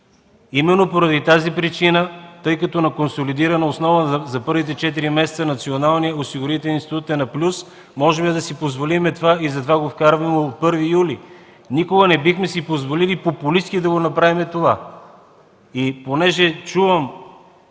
Именно поради тази причина, тъй като на консолидирана основа за първите четири месеца Националният осигурителен институт е на плюс, можем да си позволим това и затова го вкарваме от 1 юли. Никога не бихме си позволили популистки да го направим това. Понеже чувам